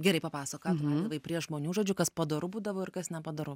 gerai papasakok ką tu valgydavai prie žmonių žodžiu kas padoru būdavo ir kas nepadoru